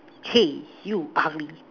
hey you ah-ming